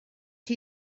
chi